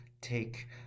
take